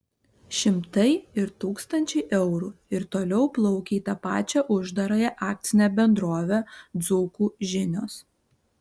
šimtai ir tūkstančiai eurų ir toliau plaukia į tą pačią uždarąją akcinę bendrovę dzūkų žinios